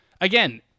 again